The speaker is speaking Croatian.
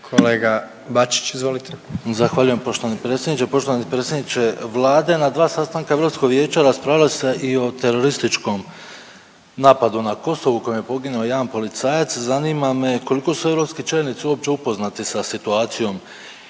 **Bačić, Ante (HDZ)** Zahvaljujem poštovani predsjedniče. Poštovani predsjedniče Vlade, na dva sastanka Europskog vijeća raspravljali ste i o terorističkom napadu na Kosovu u kojem je poginuo jedan policajac. Zanima me koliko su europski čelnici uopće upoznati sa situacijom